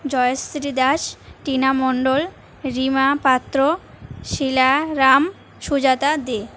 Jayashree Das Tina Mondal Rima Patra Shila Ram Sujata দে